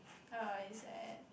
uh it's at